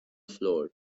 floor